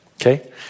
okay